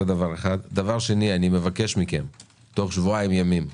דבר שני, אני מבקש תוך שבועיים ימים,